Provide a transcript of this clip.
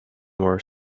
were